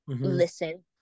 listen